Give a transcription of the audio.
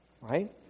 right